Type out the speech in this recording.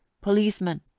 policeman